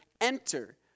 enter